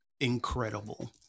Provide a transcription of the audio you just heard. incredible